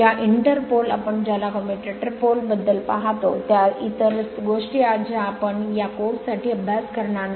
या interpole आपण ज्याला या कम्युटेटर पोल बद्दल पहातो त्या इतर गोष्टी ज्या आपण या कोर्स साठी अभ्यास करणार नाही